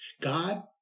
God